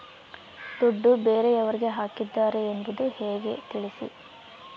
ದುಡ್ಡು ಬೇರೆಯವರಿಗೆ ಹಾಕಿದ್ದಾರೆ ಎಂಬುದು ಹೇಗೆ ತಿಳಿಸಿ?